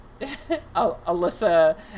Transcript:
Alyssa